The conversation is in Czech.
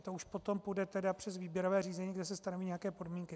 To už potom půjde přes výběrové řízení, kde se stanoví nějaké podmínky.